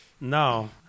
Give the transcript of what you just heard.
No